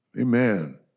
Amen